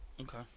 Okay